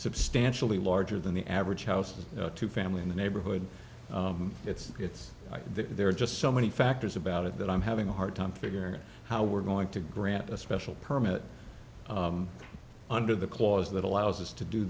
substantially larger than the average house two family in the neighborhood it's it's there are just so many factors about it that i'm having a hard time figuring out how we're going to grant a special permit under the clause that allows us to do